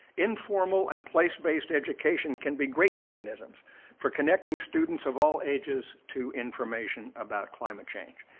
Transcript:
informal and place-based education can be great mechanisms for connecting students of all ages to information about climate change.